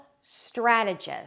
strategist